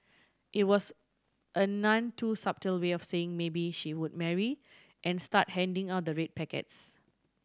it was a none too subtle way of saying maybe she would marry and start handing out the red packets